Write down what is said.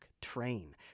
Train